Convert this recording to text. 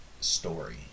Story